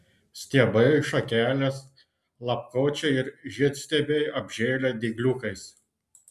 stiebai šakelės lapkočiai ir žiedstiebiai apžėlę dygliukais